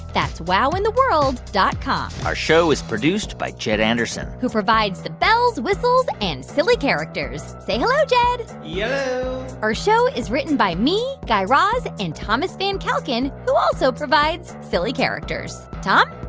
that's wowintheworld dot com our show is produced by jed anderson who provides the bells, whistles and silly characters. say hello, jed yello yeah our show is written by me, guy raz and thomas van kalken, who also provides silly characters. tom?